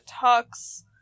talks